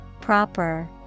Proper